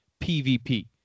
PvP